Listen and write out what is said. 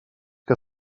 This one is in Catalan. que